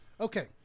Okay